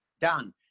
done